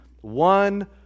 one